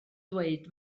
dweud